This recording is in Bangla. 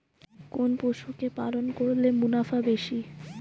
কোন পশু কে পালন করলে মুনাফা বেশি?